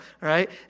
right